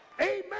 amen